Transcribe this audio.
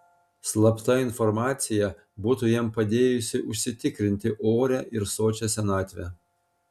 slapta informacija būtų jam padėjusi užsitikrinti orią ir sočią senatvę